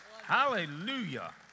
Hallelujah